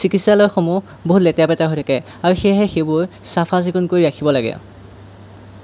চিকিৎসালয়সমূহ বহুত লেতেৰা পেতেৰা হৈ থাকে আৰু সেয়েহে সেইবোৰ চাফ চিকুণ কৰি ৰাখিব লাগে